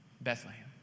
Bethlehem